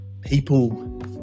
people